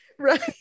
Right